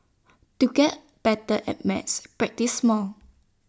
to get better at maths practise more